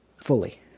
fully